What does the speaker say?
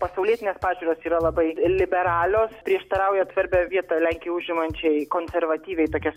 pasaulietinės pažiūros yra labai liberalios prieštarauja svarbią vietą lenkijoj užimančiai konservatyviai tokias